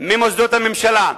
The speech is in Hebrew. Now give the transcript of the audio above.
ממוסדות הממשלה.